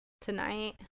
tonight